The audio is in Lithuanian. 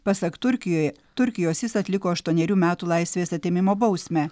pasak turkijoje turkijos jis atliko aštuonerių metų laisvės atėmimo bausmę